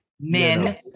Men